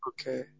Okay